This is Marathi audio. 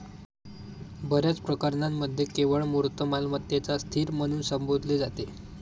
बर्याच प्रकरणांमध्ये केवळ मूर्त मालमत्तेलाच स्थिर म्हणून संबोधले जाते